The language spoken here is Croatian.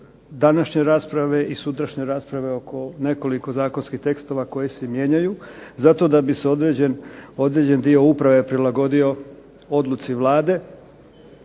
današnje rasprave i sutrašnje rasprave oko nekoliko zakonskih tekstova koji se mijenjaju zato da bi se određen dio uprave prilagodio odluci Vlade